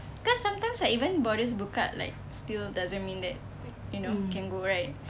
cause sometimes like even borders buka like still doesn't mean that you know can go right